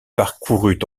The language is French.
parcourut